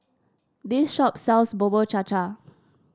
this shop sells Bubur Cha Cha